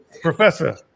Professor